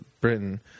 Britain